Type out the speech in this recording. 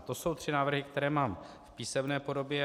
To jsou tři návrhy, které mám v písemné podobě.